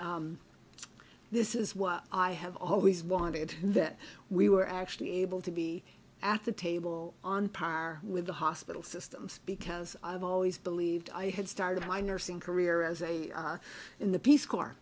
this is what i have always wanted that we were actually able to be at the table on par with the hospital systems because i've always believed i had started my nursing career as a in the peace corps